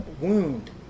wound